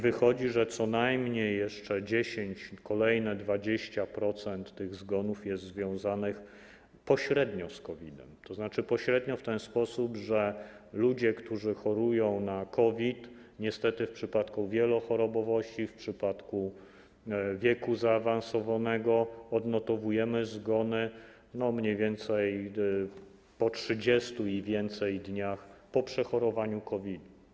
Wychodzi na to, że co najmniej jeszcze 10%, kolejne 20% tych zgonów jest związanych pośrednio z COVID-em, tzn. pośrednio w ten sposób, że u ludzi, którzy chorują na COVID, w przypadku wielochorobowości i w przypadku wieku zaawansowanego niestety odnotowujemy zgony mniej więcej po 30 i więcej dniach po przechorowaniu COVID-u.